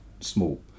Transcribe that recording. small